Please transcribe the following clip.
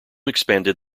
expanded